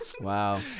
Wow